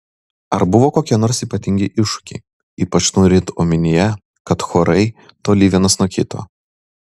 ar buvo kokie nors ypatingi iššūkiai ypač turint omenyje kad chorai toli vienas nuo kito